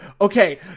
Okay